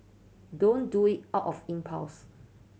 don't do it out of impulse